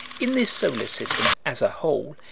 in this solar system, as a whole,